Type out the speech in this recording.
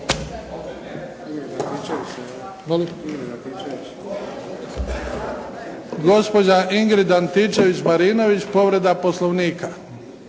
Gospođa Ingrid Antičević Marinović, povreda Poslovnika.